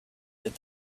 said